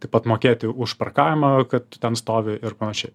taip pat mokėti už parkavimą kad ten stovi ir panašiai